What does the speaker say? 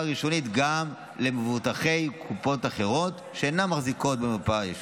ראשונית גם למבוטחי קופות אחרות שאינן מחזיקות במרפאה ביישוב.